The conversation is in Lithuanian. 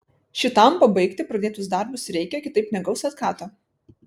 šitam pabaigti pradėtus darbus reikia kitaip negaus atkato